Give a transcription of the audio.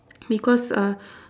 because uh